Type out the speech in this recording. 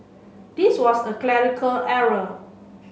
this was a clerical error